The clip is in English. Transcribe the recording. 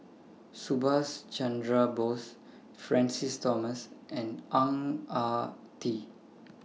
Subhas Chandra Bose Francis Thomas and Ang Ah Tee